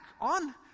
on